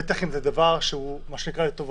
בטח אם זה דבר שהוא לטובתו.